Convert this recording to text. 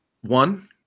one